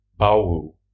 Baowu